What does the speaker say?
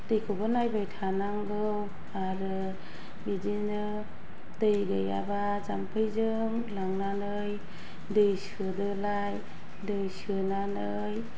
दैखौबो नायबाय थानांगौ आरो बिदिनो दै गैयाबा जाम्फैजों लांनानै दै सोदोलाय दै सोनानै